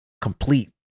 complete